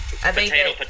potato